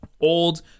Old